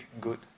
good